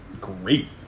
great